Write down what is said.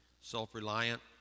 Self-reliant